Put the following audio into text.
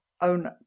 own